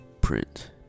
print